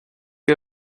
her